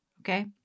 okay